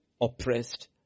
oppressed